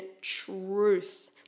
truth